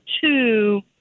two